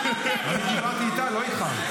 דיברתי איתה, לא איתך.